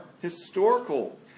historical